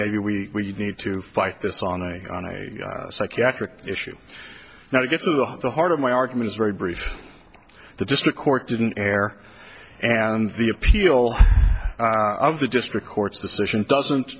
maybe we need to fight this on a psychiatric issue now to get to the heart of my argument is very brief the just the court didn't care and the appeal of the district court's decision doesn't